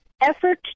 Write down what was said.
effort